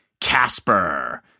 casper